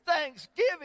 Thanksgiving